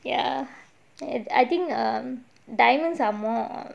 ya and I think um diamonds are more